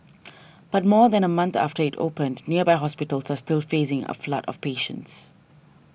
but more than a month after it opened nearby hospitals are still facing a flood of patients